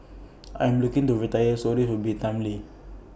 I am looking to retire so this will be timely